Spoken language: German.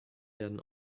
werden